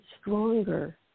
stronger